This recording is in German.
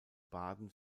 baden